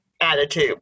attitude